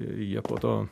jie po to